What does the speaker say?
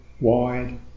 wide